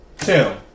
Two